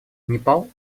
непал